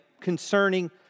concerning